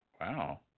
Wow